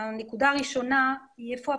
הנקודה הראשונה היא היכן הפרקליטות.